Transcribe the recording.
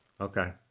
Okay